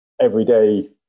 everyday